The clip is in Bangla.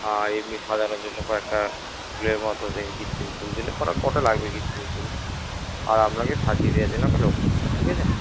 আর এমনি সাজানোর জন্য কয়েকটা ফুলের মতো কৃত্রিম ফুল দিলে পরে কটা লাগবে কৃত্রিম ফুল আর আপনাকে সাজিয়ে দেওয়ার জন্য একটা লোক দরকার ঠিক আছে